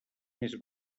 més